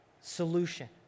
Solution